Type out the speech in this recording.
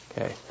Okay